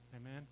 amen